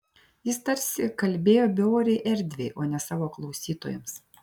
jis tarsi kalbėjo beorei erdvei o ne savo klausytojams